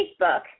Facebook